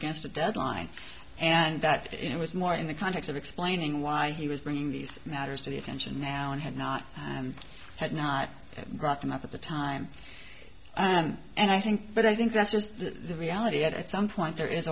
against a deadline and that it was more in the context of explaining why he was bringing these matters to the attention now and had not and had not brought them up at the time and and i think but i think that's just the reality that at some point there is